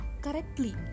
correctly